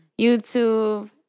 YouTube